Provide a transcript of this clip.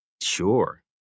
sure